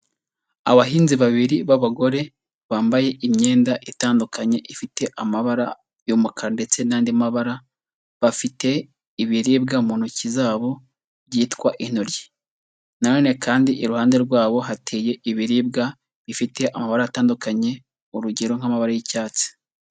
Abahinzi babiri b'abagore bambaye imyenda itandukanye ifite amabara y'umukara ndetse n'andi mabara, bafite ibiribwa mu ntoki zabo byitwa intoryi, na none kandi iruhande rwabo hateye ibiribwa bifite amabara atandukanye, urugero nk'amabara y'icyatsi.